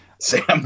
Sam